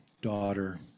daughter